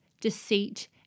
deceit